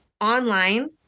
online